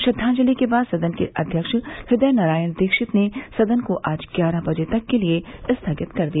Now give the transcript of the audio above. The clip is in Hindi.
श्रद्दाजलि के बाद सदन के अध्यक्ष हृदय नारायण दीक्षित ने सदन को आज ग्यारह बजे तक के लिये स्थगित कर दिया